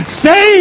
say